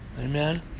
Amen